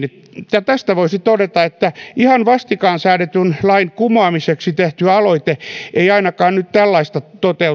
tästä voisi todeta että ihan vastikään säädetyn lain kumoamiseksi tehty aloite ei ainakaan nyt tällaista